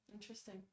interesting